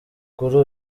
kuri